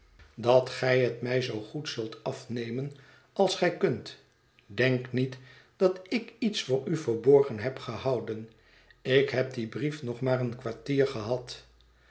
dat gij het mij zoo goed zult afnemen als gij kunt denk niet dat ik iets voor u verborgen heb gehouden ik heb dien brief nog maar een kwartier gehad